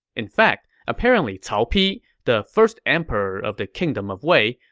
in fact, apparently cao pi, the first emperor of the kingdom of wei,